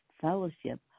fellowship